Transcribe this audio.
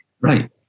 Right